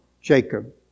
Jacob